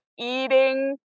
eating